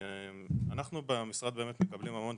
אנחנו במשרד מקבלים המון